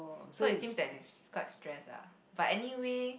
so it seems that it's quite stress lah but anyway